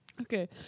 Okay